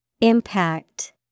Impact